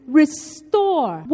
restore